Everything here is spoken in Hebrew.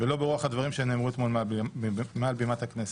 ולא ברוח הדברים שנאמרו אתמול מעל בימת הכנסת.